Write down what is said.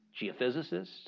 geophysicists